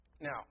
Now